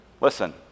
Listen